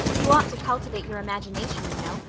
you ought to cultivate your imagination, you know.